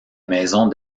maison